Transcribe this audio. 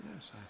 Yes